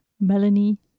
Melanie